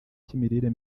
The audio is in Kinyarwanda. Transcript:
cy’imirire